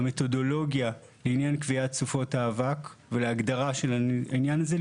המתודולוגיה לעניין קביעת סופות האבק ולהגדרה של העניין הזה,